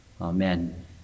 Amen